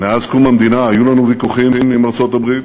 מאז קום המדינה היו לנו ויכוחים עם ארצות-הברית,